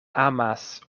amas